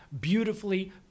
beautifully